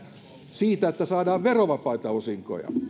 siitä että saadaan verovapaita osinkoja